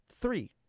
three